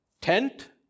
Tent